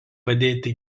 padėti